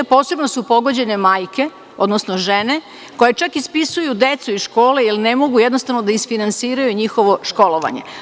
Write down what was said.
Posebno su pogođene majke, odnosno žene koje čak ispisuju decu iz škole jer ne mogu jednostavno da isfinasiraju njihovo školovanje.